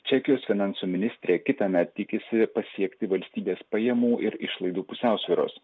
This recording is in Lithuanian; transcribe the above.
čekijos finansų ministrė kitąmet tikisi pasiekti valstybės pajamų ir išlaidų pusiausvyros